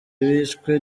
bishwe